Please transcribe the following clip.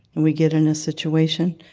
and we get in a situation?